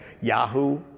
Yahoo